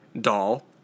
doll